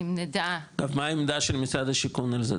מה העמדה של משרד השיכון על זה,